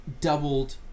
doubled